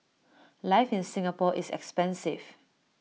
life in Singapore is expensive